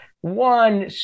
one